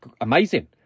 amazing